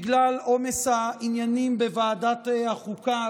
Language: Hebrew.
ובגלל עומס העניינים בוועדת החוקה,